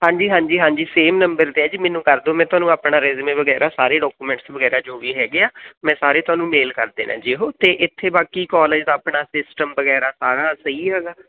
ਹਾਂਜੀ ਹਾਂਜੀ ਹਾਂਜੀ ਸੇਮ ਨੰਬਰ 'ਤੇ ਹੈ ਜੀ ਮੈਨੂੰ ਕਰ ਦਿਉ ਮੈਂ ਤੁਹਾਨੂੰ ਆਪਣਾ ਰੈਜੁਮੇ ਵਗੈਰਾ ਸਾਰੇ ਡਾਕੂਮੈਂਟਸ ਵਗੈਰਾ ਜੋ ਵੀ ਹੈਗੇ ਆ ਮੈਂ ਸਾਰੇ ਤੁਹਾਨੂੰ ਮੇਲ ਕਰ ਦੇਣਾ ਜੀ ਉਹ ਅਤੇ ਇੱਥੇ ਬਾਕੀ ਕੋਲੇਜ ਦਾ ਆਪਣਾ ਸਿਸਟਮ ਵਗੈਰਾ ਸਾਰਾ ਸਹੀ ਹੈਗਾ